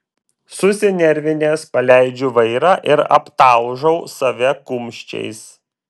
susinervinęs paleidžiu vairą ir aptalžau save kumščiais